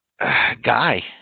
Guy